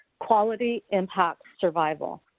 quality impacts survival.